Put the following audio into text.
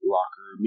Locker